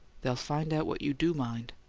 they'll find out what you do mind.